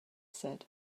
said